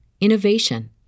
innovation